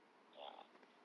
ya